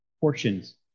portions